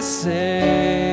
say